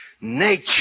nature